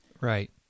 Right